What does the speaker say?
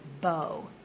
bow